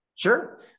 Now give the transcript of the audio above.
Sure